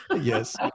Yes